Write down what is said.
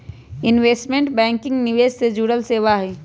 investment banking निवेश से जुड़ल सेवा हई